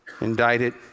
indicted